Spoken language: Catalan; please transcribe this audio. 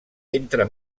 entre